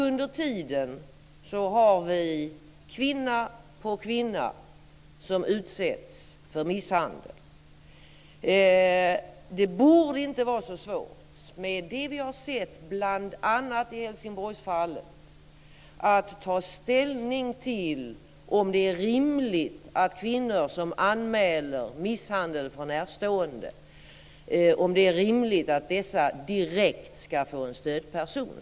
Under tiden har vi kvinna på kvinna som utsätts för misshandel. Det borde inte vara så svårt med tanke på det som vi har sett, bl.a. i Helsingborgsfallet, att ta ställning till om det är rimligt att kvinnor som anmäler misshandel på närstående direkt ska få en stödperson.